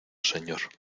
señor